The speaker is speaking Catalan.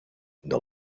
del